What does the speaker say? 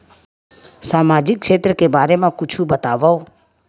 सामाजिक क्षेत्र के बारे मा कुछु बतावव?